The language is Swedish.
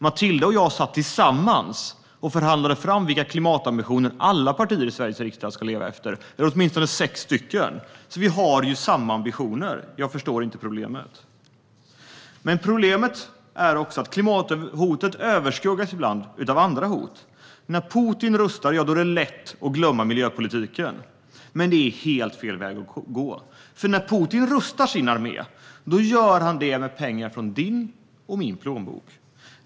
Matilda och jag satt tillsammans och förhandlade fram vilka klimatambitioner alla partier i Sveriges riksdag, eller åtminstone sex av dem, ska leva efter. Vi har alltså samma ambitioner. Jag förstår inte problemet. Ett problem är det dock att klimathotet ibland överskuggas av andra hot. När Putin rustar är det lätt att glömma miljöpolitiken. Men det är helt fel väg att gå, för när Putin rustar sin armé gör han det med pengar från din och min plånbok.